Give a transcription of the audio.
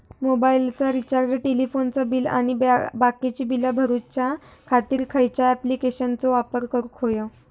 मोबाईलाचा रिचार्ज टेलिफोनाचा बिल आणि बाकीची बिला भरूच्या खातीर खयच्या ॲप्लिकेशनाचो वापर करूक होयो?